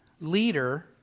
leader